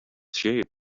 shape